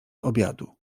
obiadu